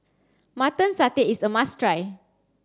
mutton satay is a must try